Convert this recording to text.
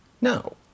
no